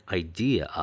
idea